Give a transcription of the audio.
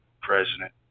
president